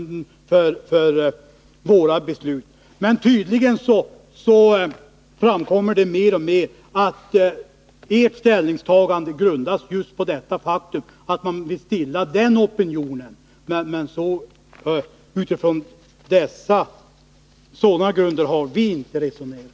Det framkommer mer och mer, Grethe Lundblad, att ert ställningstagande grundas just på det faktum att man vill stilla den opinionen. Men utifrån sådana grunder har vi inte resonerat.